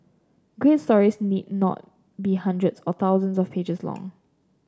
great stories need not be hundreds or thousands of pages long